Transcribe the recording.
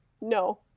No